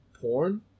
Porn